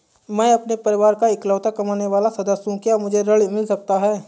मैं अपने परिवार का इकलौता कमाने वाला सदस्य हूँ क्या मुझे ऋण मिल सकता है?